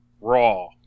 Raw